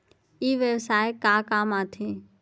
ई व्यवसाय का काम आथे?